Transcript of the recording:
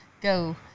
go